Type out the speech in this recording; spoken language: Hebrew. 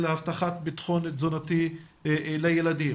של הבטחת ביטחון תזונתי לילדים.